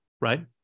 right